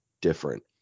different